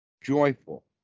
Joyful